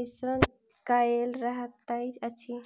मिश्रण कएल रहैत अछि